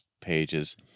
pages